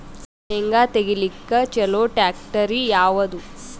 ಶೇಂಗಾ ತೆಗಿಲಿಕ್ಕ ಚಲೋ ಟ್ಯಾಕ್ಟರಿ ಯಾವಾದು?